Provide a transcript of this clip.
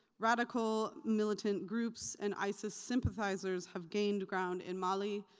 radical militant groups and isis sympathizers have gained ground in mali,